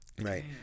Right